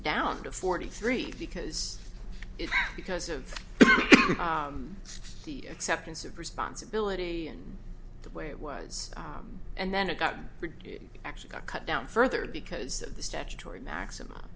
down to forty three because it's because of the acceptance of responsibility and the way it was and then it got bigger actually got cut down further because of the statutory maximum